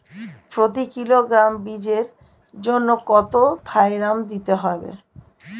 প্রতি কিলোগ্রাম বীজের জন্য কত থাইরাম দিতে হবে?